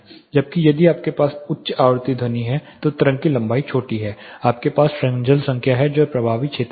जबकि यदि आपके पास एक उच्च आवृत्ति ध्वनि है तो तरंग की लंबाई छोटी है आपके पास फ्रेस्नेल संख्या है जो प्रभावी क्षेत्र में है